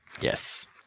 Yes